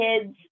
kids